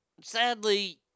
sadly